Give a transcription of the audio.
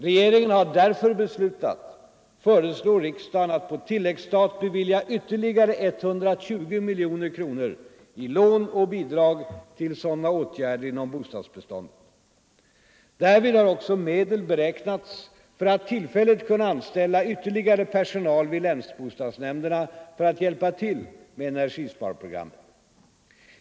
Regeringen har därför beslutat föreslå riksdagen att på tilläggsstat bevilja ytterligare 120 miljoner kronor i lån och bidrag till sådana åtgärder inom bostadsbeståndet. Därvid har också medel beräknats för att tillfälligt kunna anställa ytterligare personal vid länsbostadsnämnderna för att hjälpa till med energisparprogrammet.